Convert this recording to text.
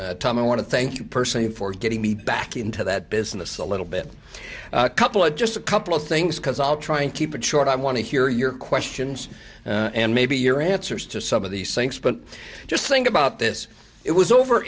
and tom i want to thank you personally for getting me back into that business a little bit a couple of just a couple of things because i'll try and keep it short i want to hear your questions and maybe your answers to some of these things but just think about this it was over